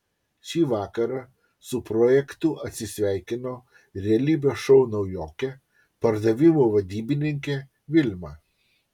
šį vakarą su projektu atsisveikino realybės šou naujokė pardavimų vadybininkė vilma